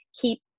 keep